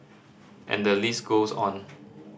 and the list goes on